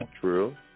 True